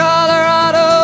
Colorado